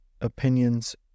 opinions